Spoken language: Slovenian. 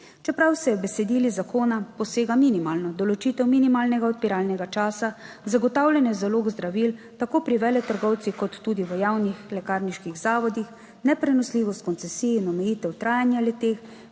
Čeprav se z besedili zakona posega v minimalno določitev minimalnega odpiralnega časa, zagotavljanje zalog zdravil tako pri veletrgovcih kot tudi v javnih lekarniških zavodih, neprenosljivost koncesij in omejitev trajanja le-teh,